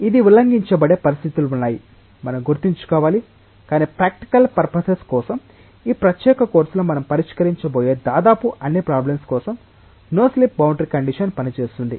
ఇది ఉల్లంఘించబడే పరిస్థితులు ఉన్నాయని మనం గుర్తుంచుకోవాలి కాని ప్రాక్టికల్ పర్పసేస్ కోసం ఈ ప్రత్యేక కోర్సులో మనం పరిష్కరించబోయే దాదాపు అన్ని ప్రాబ్లెమ్స్ కోసం నో స్లిప్ బౌండరీ కండిషన్ పని చేస్తుంది